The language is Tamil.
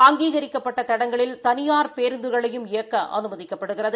அங்கீகரிக்கப்பட்ட தடங்களில் தனியார் பேருந்துகளும் இயக்க அனுமதிக்கப்படுகிறது